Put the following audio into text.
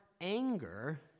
anger